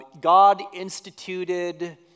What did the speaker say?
God-instituted